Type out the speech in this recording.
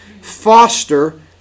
foster